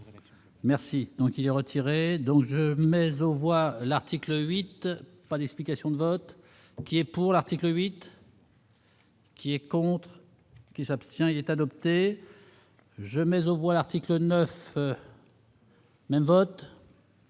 Merci donc il est retiré, donc, mais on voit l'article 8, pas d'explication de vote qui est pour l'article 8. Qui est contre. Qui s'abstient, il est adopté, je mais au bout, l'article 9. Même vote,